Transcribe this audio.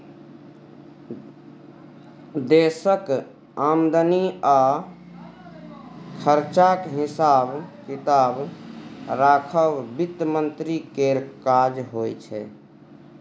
देशक आमदनी आ खरचाक हिसाब किताब राखब बित्त मंत्री केर काज होइ छै